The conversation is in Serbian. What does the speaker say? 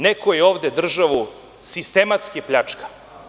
Neko je ovde državu sistematski pljačkao.